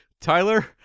Tyler